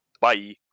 Bye